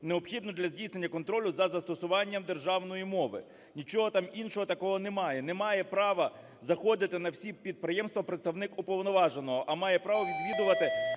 необхідну для здійснення контролю за застосуванням державної мови. Нічого там іншого такого немає. Не має права заходити на всі підприємства представник уповноваженого, а має право відвідувати